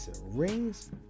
rings